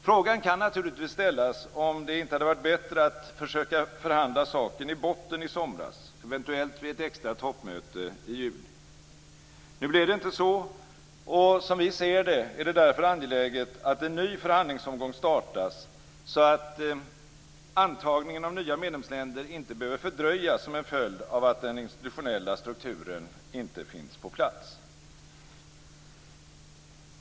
Frågan kan naturligtvis ställas om det inte hade varit bättre att försöka förhandla saken i botten i somras, eventuellt vid ett extra toppmöte i juli. Nu blev det inte så, och som vi ser det är det därför angeläget att en ny förhandlingsomgång startas, så att antagningen av nya medlemsländer inte behöver fördröjas som en följd av att den institutionella strukturen inte finns på plats.